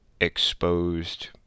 exposed